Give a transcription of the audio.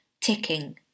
ticking